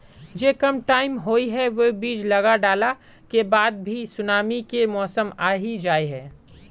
जो कम टाइम होये है वो बीज लगा डाला के बाद भी सुनामी के मौसम आ ही जाय है?